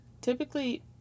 Typically